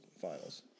finals